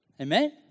Amen